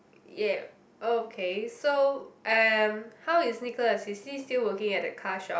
yeah oh okay so um how is Nicholas is he still working at that car shop